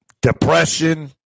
depression